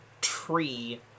tree